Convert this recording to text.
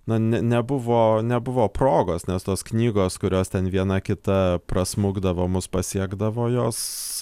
na ne nebuvo nebuvo progos nes tos knygos kurios ten viena kita prasmukdavo mus pasiekdavo jos